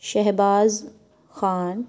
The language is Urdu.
شہباز خان